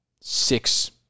six